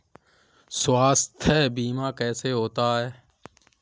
स्वास्थ्य बीमा कैसे होता है?